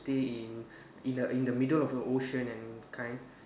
stay in in the in the middle of a ocean and kind